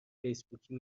فیسبوکی